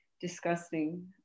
disgusting